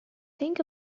think